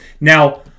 Now